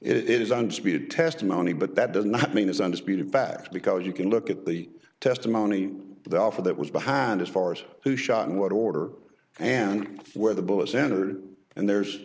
it is unspirited testimony but that does not mean it's undisputed fact because you can look at the testimony they offer that was behind as far as who shot in what order and where the bullets entered and there's